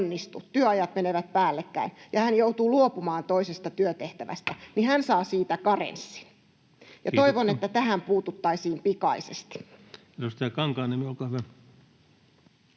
onnistu, työajat menevät päällekkäin ja hän joutuu luopumaan toisesta työtehtävästä, niin hän saa siitä karenssin. Toivon, että tähän puututtaisiin pikaisesti.